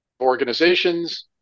organizations